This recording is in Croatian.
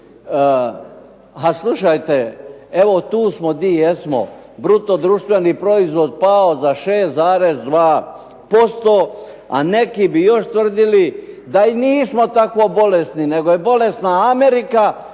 A slušajte, tu smo di jesmo. Bruto društveni proizvod pao za 6,2%, a neki bi još tvrdili da i nismo tako bolesni, nego je bolesna Amerika